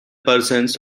persons